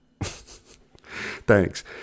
Thanks